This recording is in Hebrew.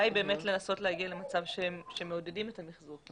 היא לנסות להגיע למצב שמעודדים את המיחזור.